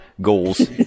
Goals